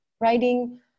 writing